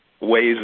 ways